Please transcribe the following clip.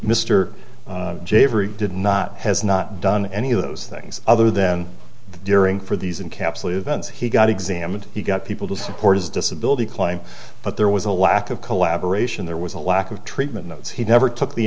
every did not has not done any of those things other than during for these and capsule events he got examined he got people to support his disability claim but there was a lack of collaboration there was a lack of treatment knows he never took the